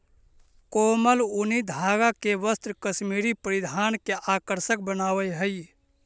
कोमल ऊनी धागा के वस्त्र कश्मीरी परिधान के आकर्षक बनावऽ हइ